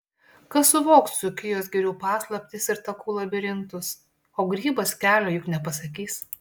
kas suvoks dzūkijos girių paslaptis ir takų labirintus o grybas kelio juk nepasakys